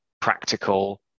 practical